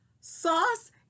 sauce